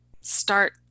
start